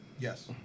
Yes